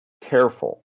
careful